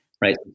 right